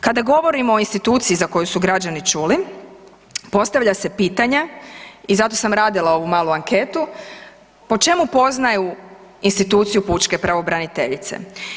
Kada govorimo o instituciji za koju su građani čuli postavlja se pitanje i zato sam radila ovu malu anketu, po čemu poznaju instituciju pučke pravobraniteljice?